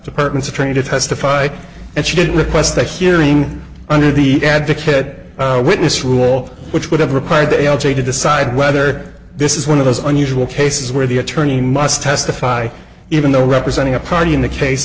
department of trade to testify and she did request a hearing under the advocate witness rule which would have required the l g to decide whether this is one of those unusual cases where the attorney must testify even though representing a party in the case